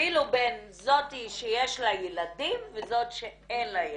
אפילו בין זאת שיש לה ילדים וזאת שאין לה ילדים.